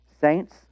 Saints